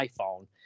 iPhone